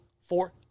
Four